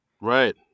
Right